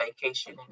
vacation